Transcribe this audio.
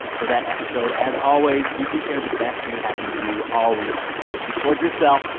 for that episode, as always, you can share the best thing that happened to you all week. just record yourself,